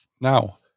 now